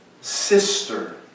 sister